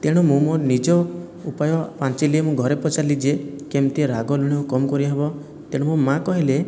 ତେଣୁ ମୁଁ ମୋ ନିଜ ଉପାୟ ପାଞ୍ଚିଲି ମୁଁ ଘରେ ପଚାରିଲି ଯେ କେମିତିଆ ରାଗ ଲୁଣ କମ କରିହେବ ତେଣୁ ମୋ ମା' କହିଲେ